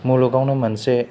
मुलुगावनो मोनसे